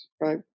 right